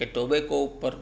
કે ટોબેકો ઉપર